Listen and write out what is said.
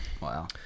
Wow